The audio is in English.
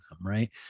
right